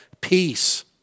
peace